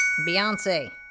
Beyonce